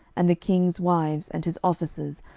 and the king's wives, and his officers,